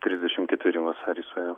trisdešimt ketveri vasarį suėjo